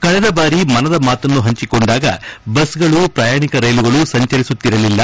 ಕಳೆದ ಬಾರಿ ಮನದ ಮಾತನ್ನು ಪಂಚಿಕೊಂಡಾಗ ಬಸ್ಗಳು ಪ್ರಯಾಣಿಕ ರೈಲುಗಳು ಸಂಚರಿಸುತ್ತಿರಲಿಲ್ಲ